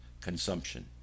consumption